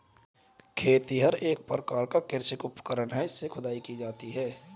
खेतिहर एक प्रकार का कृषि उपकरण है इससे खुदाई की जाती है